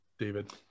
David